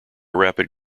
rapid